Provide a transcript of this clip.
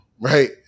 right